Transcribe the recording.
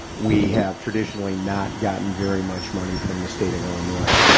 we have traditionally not gotten very much money from the state of illinois.